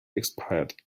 expired